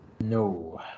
No